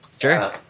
Sure